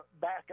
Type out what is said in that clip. back